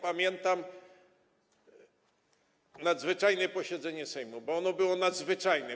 Pamiętam nadzwyczajne posiedzenie Sejmu, bo ono było nadzwyczajne.